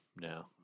no